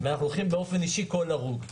אנחנו לוקחים באופן אישי כל הרוג,